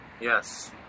Yes